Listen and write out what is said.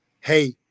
hey